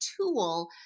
tool